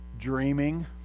dreaming